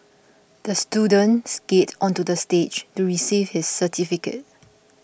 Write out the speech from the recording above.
the student skated onto the stage to receive his certificate